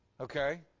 okay